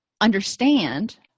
understand